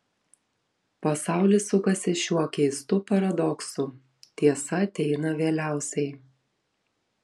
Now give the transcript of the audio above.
pasaulis sukasi šiuo keistu paradoksu tiesa ateina vėliausiai